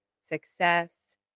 success